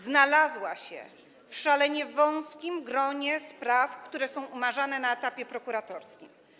Znalazła się w szalenie wąskim gronie spraw, które są umarzane na etapie prokuratorskim.